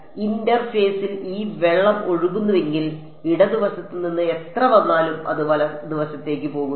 അതിനാൽ ഇന്റർഫേസിൽ ഈ വെള്ളം ഒഴുകുന്നുവെങ്കിൽ ഇടതുവശത്ത് നിന്ന് എത്ര വന്നാലും അത് വലത്തേക്ക് പോകുന്നു